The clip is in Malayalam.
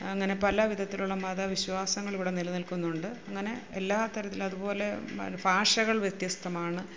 അങ്ങനെ പല വിധത്തിലുള്ള മത വിശ്വാസങ്ങൾ ഇവിടെ നിലനിൽക്കുന്നുണ്ട് അങ്ങനെ എല്ലാ തരത്തിലും അതുപോലെ ഭാഷകൾ വ്യത്യസ്തമാണ്